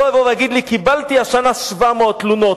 שלא יגיד לי: קיבלתי השנה 700 תלונות,